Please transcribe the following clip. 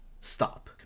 stop